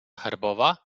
herbowa